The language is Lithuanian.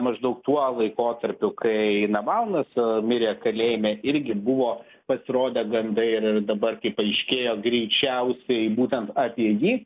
maždaug tuo laikotarpiu kai navalnas mirė kalėjime irgi buvo pasirodę gandai ir ir dabar kaip paaiškėjo greičiausiai būtent apie jį